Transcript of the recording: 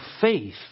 faith